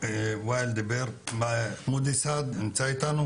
ואני ציפיתי שתהיה עבודת מטה נכונה כדי